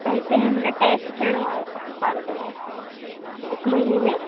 त हिते मतिलबु टैस्ट थियण वारो वारो अथव हिक महीने में